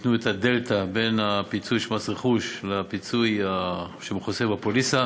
ייתנו את הדלתא בין הפיצוי של מס רכוש לפיצוי שמכוסה בפוליסה.